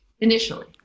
initially